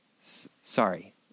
Sorry